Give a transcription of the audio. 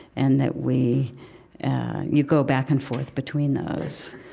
and that we you go back and forth between those